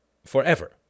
Forever